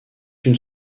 une